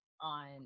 on